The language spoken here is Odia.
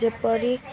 ଯେପରି